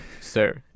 sir